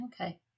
okay